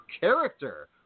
character